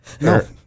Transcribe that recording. No